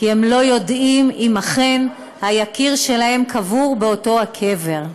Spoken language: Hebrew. כי הם לא יודעים אם אכן היקיר שלהם קבור באותו קבר.